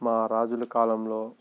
మా రాజుల కాలంలో